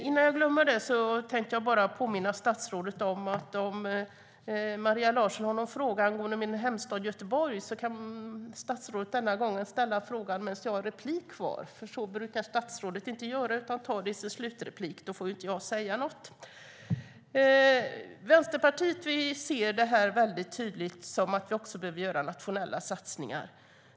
Innan jag glömmer det tänkte jag påminna statsrådet om att om statsrådet Maria Larsson har någon fråga angående min hemstad Göteborg kan hon denna gång ställa frågan medan jag har något inlägg kvar. Så brukar inte statsrådet göra, utan hon tar det i sitt slutinlägg. Och då får inte jag säga något. Vänsterpartiet ser detta tydligt som något där vi behöver göra nationella satsningar.